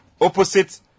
opposite